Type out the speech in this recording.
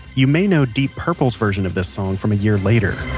you may know deep purple's version of the song, from a year later